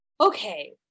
Okay